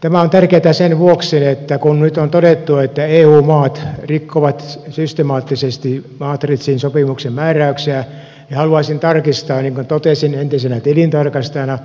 tämä on tärkeätä sen vuoksi että kun nyt on todettu että eu maat rikkovat systemaattisesti maastrichtin sopimuksen määräyksiä ja haluaisin tarkistaa niin kuin totesin entisenä tilintarkastajana